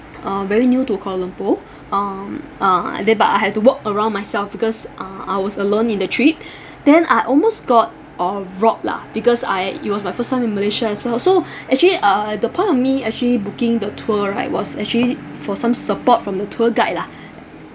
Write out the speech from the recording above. uh very new to kuala lumpur um uh then but I had to walk around myself because uh I was alone in the trip then I almost got or robbed lah because I it was my first time in malaysia as well so actually err the point of me actually booking the tour right was actually for some support from the tour guide lah